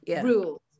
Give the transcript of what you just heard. rules